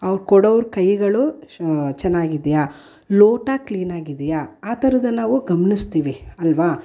ಅವ್ರು ಕೊಡೋವ್ರ ಕೈಗಳು ಶ ಚೆನ್ನಾಗಿದ್ಯಾ ಲೋಟ ಕ್ಲೀನಾಗಿದೆಯಾ ಆ ಥರದನ್ನು ನಾವು ಗಮನಿಸ್ತೀವಿ ಅಲ್ಲವಾ